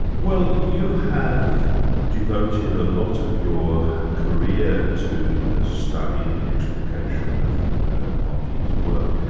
well, you have devoted a lot of your career to the study and the explication of merleau-ponty's work.